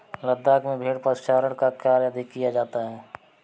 लद्दाख में भेड़ पशुचारण का कार्य अधिक किया जाता है